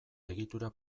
egitura